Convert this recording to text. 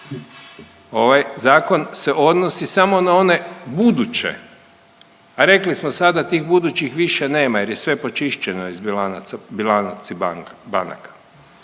Ovaj zakon se odnosi samo na one buduće, a rekli smo sad da tih budućih više nema jer je sve počišćeno iz bilanaca banaka.